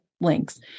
links